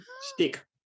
stick